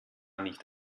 nicht